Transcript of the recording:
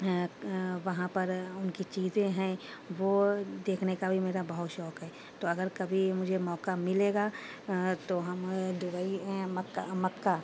وہاں پر ان کی چیزیں ہیں وہ دیکھنے کا بھی میرا بہت شوق ہے تو اگر کبھی مجھے موقعہ ملے گا تو ہم دبئی مکہ مکہ